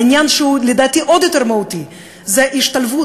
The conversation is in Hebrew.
העניין שלדעתי הוא עוד יותר מהותי זה ההשתלבות,